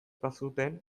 bazuten